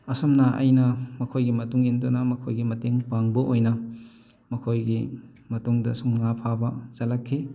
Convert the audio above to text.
ꯑꯁꯨꯝꯅ ꯑꯩꯅ ꯃꯈꯣꯏꯒꯤ ꯃꯇꯨꯡ ꯏꯟꯗꯨꯅ ꯃꯈꯣꯏꯒꯤ ꯃꯇꯦꯡ ꯄꯥꯡꯕ ꯑꯣꯏꯅ ꯃꯈꯣꯏꯒꯤ ꯃꯇꯨꯡꯗ ꯁꯨꯝ ꯉꯥ ꯐꯥꯕ ꯆꯠꯂꯛꯈꯤ